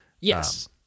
Yes